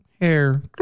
hair